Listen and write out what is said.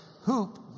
Hoop